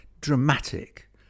dramatic